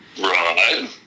Right